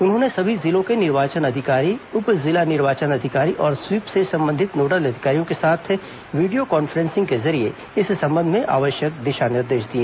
उन्होंने सभी जिलों के निर्वाचन अधिकारी उप जिला निर्वाचन अधिकारी और स्वीप से संबंधित नोडल अधिकारियों के साथ वीडियो कॉन्फ्रेसिंग के जरिये इस संबंध में आवश्यक दिशा निर्देश दिए